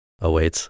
awaits